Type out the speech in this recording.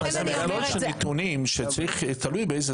--- של נתונים שצריך, תלוי מאיזו